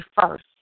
first